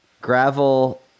gravel